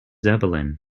evelyn